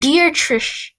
dietrich